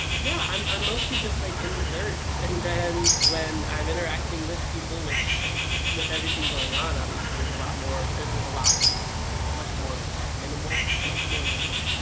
yeah, i'm i'm mostly just like in the dirt and then when i'm interacting with people, which with everything going on obviously is a lot more. there's a lot much more minimal. much more minimal.